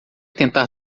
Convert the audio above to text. tentar